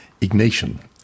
Ignatian